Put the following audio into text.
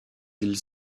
îles